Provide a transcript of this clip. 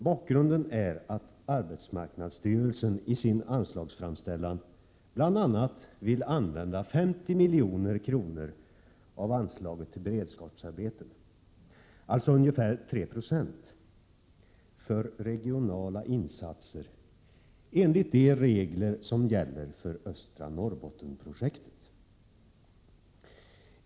Bakgrunden är att arbetsmarknadsstyrelsen i sin anslagsframställan bl.a. vill använda 50 milj.kr. av anslaget till beredskapsarbete, dvs. ungefär 3 96, för regionala insatser enligt de regler som gäller för östra Norrbottenprojektet.